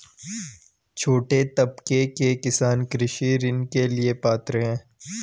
छोटे तबके के किसान कृषि ऋण के लिए पात्र हैं?